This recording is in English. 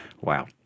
Wow